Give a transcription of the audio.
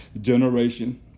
generation